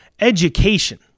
education